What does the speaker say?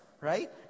right